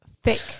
Thick